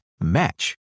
match